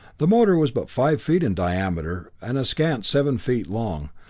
the motor was but five feet in diameter and a scant seven feet long,